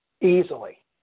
easily